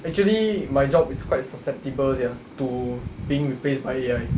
actually my job is quite susceptible sia to being replaced by A_I